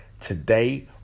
Today